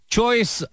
Choice